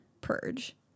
purge